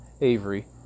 Avery